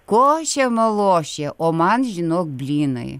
košė malošė o man žinok blynai